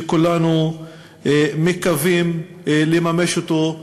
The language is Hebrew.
שכולנו מקווים לממש אותו,